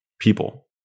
people